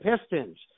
Pistons